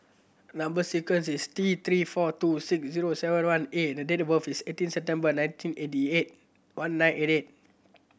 number sequence is T Three four two six zero seven one A the date of birth is eighteen September nineteen eighty eight one nine eight eight